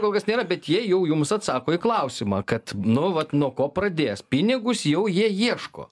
kol kas nėra bet jie jau jums atsako į klausimą kad nu vat nuo ko pradės pinigus jau jie ieško